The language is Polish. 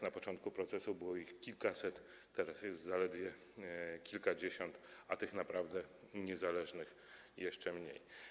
Na początku procesu było ich kilkaset, teraz jest ich zaledwie kilkadziesiąt, a tych naprawdę niezależnych - jeszcze mniej.